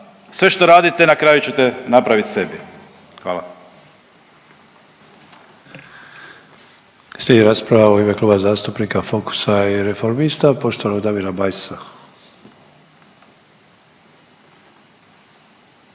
sve što radite na kraju ćete napraviti sebi. Hvala.